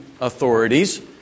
authorities